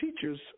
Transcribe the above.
teachers